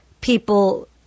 people